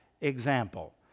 example